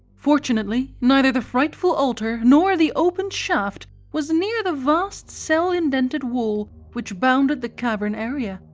fortunately neither the frightful altar nor the opened shaft was near the vast cell-indented wall which bounded the cavern area,